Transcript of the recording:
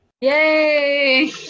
Yay